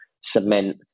cement